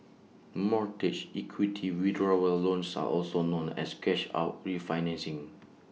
mortgage equity withdrawal loans are also known as cash out refinancing